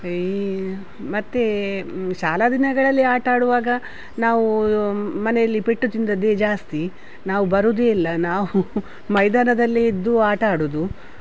ಈ ಮತ್ತು ಶಾಲಾ ದಿನಗಳಲ್ಲಿ ಆಟ ಆಡುವಾಗ ನಾವು ಮನೆಯಲ್ಲಿ ಪೆಟ್ಟು ತಿಂದಿದ್ದೇ ಜಾಸ್ತಿ ನಾವು ಬರೋದೇ ಇಲ್ಲ ನಾವು ಮೈದಾನದಲ್ಲೇ ಇದ್ದು ಆಟ ಆಡುವುದು